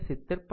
7 volt છે